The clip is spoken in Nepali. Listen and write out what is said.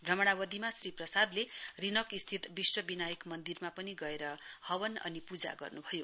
भ्रमणावधिमा श्री प्रसाद रिनक स्थित विश्व विनायक मन्दिरमा पनि गएर हवन अनि पूजा गर्न्भयो